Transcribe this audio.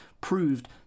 proved